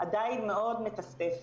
עדיין מאוד מטפטף,